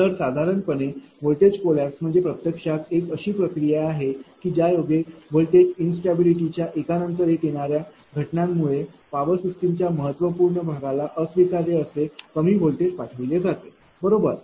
तर साधारणपणे voltage collapse म्हणजे प्रत्यक्षात एक अशी प्रक्रिया आहे की ज्यायोगे व्होल्टेज इनस्टॅबिलिटी च्या एकानंतर एक येणाऱ्या घटनांमुळे पॉवर सिस्टमच्या महत्त्वपूर्ण भागाला अस्वीकार्य असे कमी व्होल्टेज पाठविले जाते बरोबर